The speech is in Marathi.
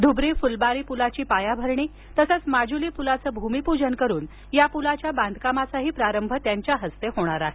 धुब्री फुलबारी पुलाची पायाभरणी तसंच माजुली पुलाचं भूमीपूजन करून या पुलाच्या बांधकामाचाही प्रारंभ त्यांच्या हस्ते होणार आहे